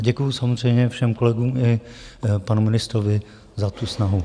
A děkuji samozřejmě všem kolegům i panu ministrovi za tu snahu.